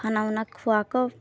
खाना उना खुआ कऽ